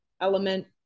element